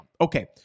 okay